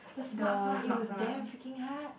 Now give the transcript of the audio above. the smarts one it was damn freaking hard